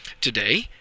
today